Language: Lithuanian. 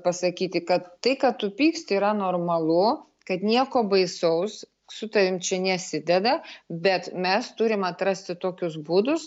pasakyti kad tai kad tu pyksti yra normalu kad nieko baisaus su tavim čia nesideda bet mes turim atrasti tokius būdus